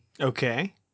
okay